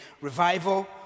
revival